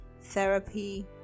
therapy